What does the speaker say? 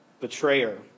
betrayer